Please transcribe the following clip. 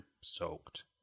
soaked